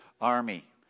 army